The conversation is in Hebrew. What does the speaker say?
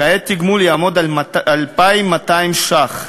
כעת התגמול יהיה 2,200 ש"ח.